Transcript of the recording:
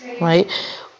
right